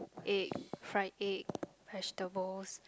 egg fried egg vegetables